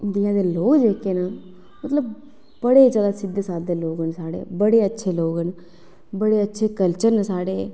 India दे लोग जेह्के न मतलब बड़े जादा सिद्धे सादे लोग न साढ़े बड़े अच्छे लोग न बड़े अच्छे कल्चर न साढ़े